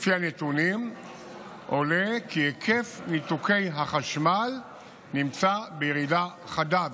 לפי הנתונים עולה כי היקף ניתוקי החשמל נמצא בירידה חדה,